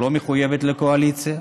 שלא מחויבת לקואליציה.